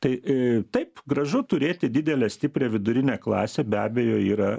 tai aa taip gražu turėti didelę stiprią vidurinę klasę be abejo yra